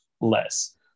less